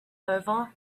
over